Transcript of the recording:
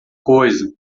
coisa